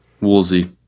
Woolsey